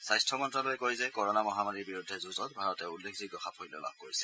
স্বাস্থ্য মন্ত্ৰণালয়ে কয় যে ক'ৰ'না মহামাৰীৰ বিৰুদ্ধে যুঁজত ভাৰতে উল্লেখযোগ্য সাফল্য লাভ কৰিছে